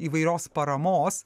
įvairios paramos